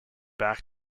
back